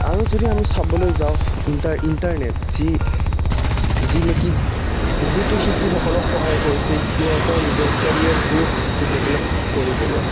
আৰু যদি আমি চাবলৈ যাওঁ ইনটাৰ ইণ্টাৰনেট যি যি নেকি বহুতো শিল্পীসকলক সহায় কৰিছে সিহঁতৰ নিজৰ কেৰিয়াৰটো ডেভেলপ কৰিবলৈ